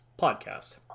podcast